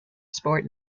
sport